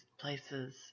places